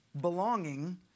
belonging